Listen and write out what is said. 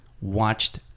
watched